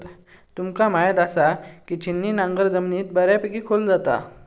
तुमका म्हायत आसा, की छिन्नी नांगर जमिनीत बऱ्यापैकी खोल जाता